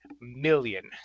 million